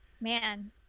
Man